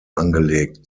angelegt